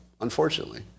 unfortunately